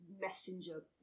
messenger